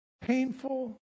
painful